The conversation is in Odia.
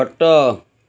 ଖଟ